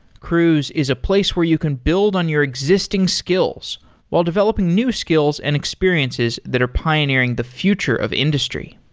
cruise is a place where you can build on your existing skills while developing new skills and experiences that are pioneering the future of industry.